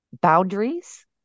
boundaries